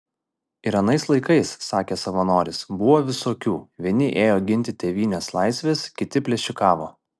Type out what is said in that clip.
ir anais laikais sakė savanoris buvo visokių vieni ėjo ginti tėvynės laisvės kiti plėšikavo